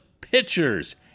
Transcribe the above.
pitchers